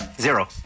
Zero